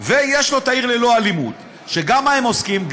ויש לו עיר ללא אלימות, שגם הם, במה הם עוסקים?